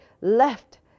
left